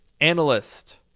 Analyst